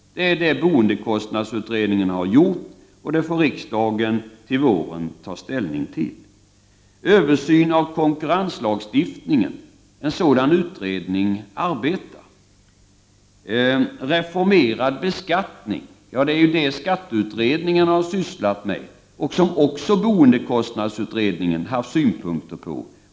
Det är det som boendekostnadsutredningen har gjort, och detta förslag får riksdagen ta ställning till i vår. Beträffande en översyn av konkurrenslagstiftningen vill jag säga att en sådan utredning är tillsatt. När det gäller en reformerad beskattning är det vad skatteutredningen har sysslat med och som även boendekostnadsutredningen haft synpunkter på.